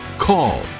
Call